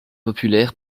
populaire